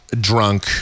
drunk